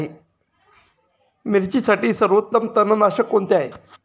मिरचीसाठी सर्वोत्तम तणनाशक कोणते आहे?